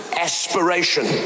aspiration